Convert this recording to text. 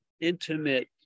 intimate